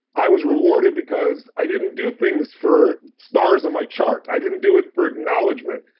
i was rewarded because i didn't do things for stars on my chart. i didn't do it for acknowledgement,